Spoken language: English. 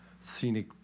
scenic